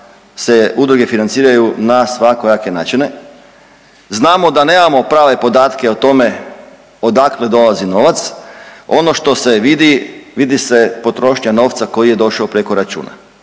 se udruge financiraju na svakojake načine, znamo da nemamo prave podatke o tome odakle dolazi novac, ono što se vidi vidi se potrošnja novca koji je došao preko računa,